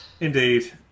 Indeed